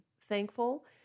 thankful